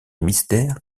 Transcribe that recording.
mystère